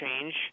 change